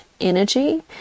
energy